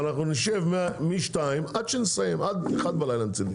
ואנחנו נשב מ-14:00 עד שנסיים, עד 1:00 מצידי.